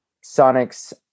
Sonic's